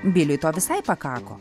biliui to visai pakako